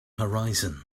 horizon